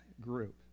group